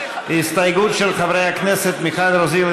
הסתייגות של חברי הכנסת מיכל רוזין,